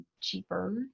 cheaper